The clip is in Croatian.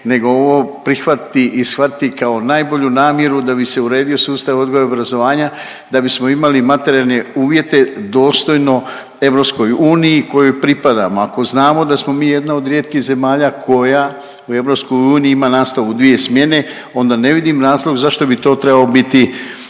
nego ovo prihvatiti i shvatiti kao najbolju namjeru da bi se uredio sustav odgoja i obrazovanja da bismo imali materijalne uvjete dostojno EU kojoj pripadamo. Ako znamo da smo mi jedna od rijetkih zemalja koja u EU ima nastavu u dvije smjene, onda ne vidim razlog zašto bi to trebao biti